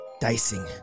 dicing